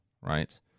right